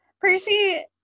Percy